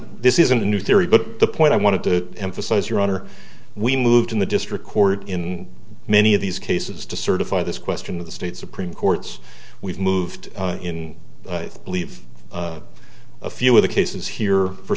this isn't a new theory but the point i want to emphasize your honor we moved in the district court in many of these cases to certify this question of the state supreme court's we've moved in leave a few of the cases here for